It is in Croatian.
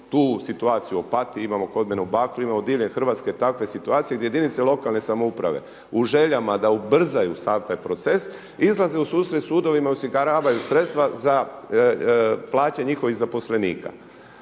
tu situaciju u Opatiji, imamo kod mene u Bakru. Imamo diljem Hrvatske takve situacije gdje jedinice lokalne samouprave u željama da ubrzaju sav taj proces izlaze u susret sudovima, osiguravaju sredstva za plaće njihovih zaposlenika.